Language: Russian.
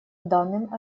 данным